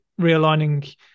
realigning